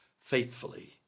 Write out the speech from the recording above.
faithfully